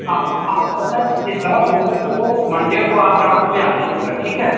हाँ आप आप ऐसा कीजिएगा मंडे को मंडे को आप ब्रांच में आ जाईएगा ठीक है